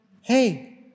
hey